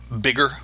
bigger